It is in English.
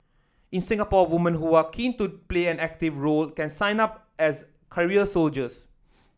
in Singapore women who are keen to play an active role can sign up as career soldiers